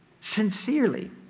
sincerely